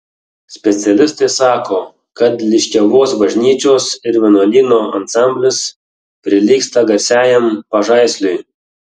specialistai sako kad liškiavos bažnyčios ir vienuolyno ansamblis prilygsta garsiajam pažaisliui